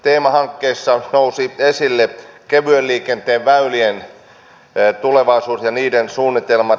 teemahankkeessa nousi esille kevyen liikenteen väylien tulevaisuus ja niiden suunnitelmat